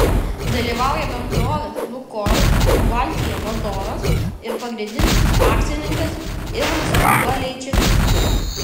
dalyvauja bendrovės lukoil baltija vadovas ir pagrindinis akcininkas ivanas paleičikas